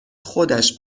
خودش